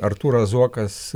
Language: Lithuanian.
artūras zuokas